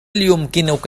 يمكنك